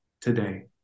today